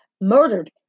murdered